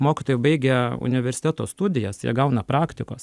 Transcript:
mokytojai baigę universiteto studijas jie gauna praktikos